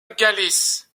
galice